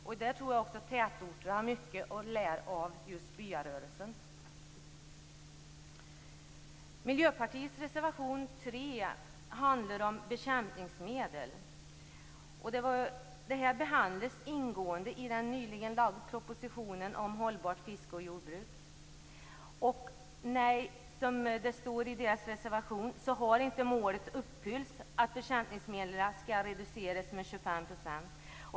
Jag tror att tätorterna har mycket att lära av just byarörelsen. Reservation 3 från Miljöpartiet handlar om bekämpningsmedel. Frågan behandlades ingående i den nyligen framlagda propositionen om hållbart fiske och jordbruk. Nej, målet har inte, som det står i Miljöpartiets reservation, uppfyllts när det gäller detta med att användningen av bekämpningsmedel skall reduceras med 25 %.